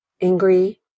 angry